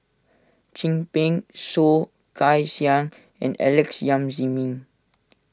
Chin Peng Soh Kay Siang and Alex Yam Ziming